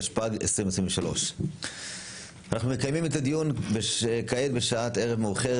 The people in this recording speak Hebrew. התשפ"ג 2023. אנחנו מקיימים את הדיון בשעת ערב מאוחרת